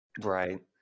Right